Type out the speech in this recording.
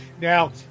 Now